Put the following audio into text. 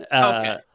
Okay